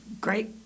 great